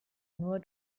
nur